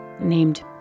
named